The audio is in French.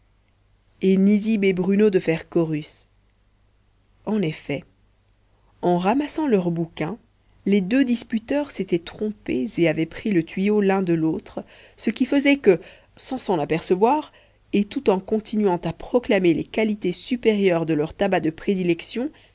et nizib et bruno de faire chorus en effet en ramassant leurs bouquins les deux disputeurs s'étaient trompés et avaient pris le tuyau l'un de l'autre ce qui faisait que sans s'en apercevoir et tout en continuant à proclamer les qualités supérieures de leurs tabacs de prédilection